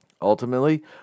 Ultimately